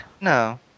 No